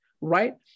right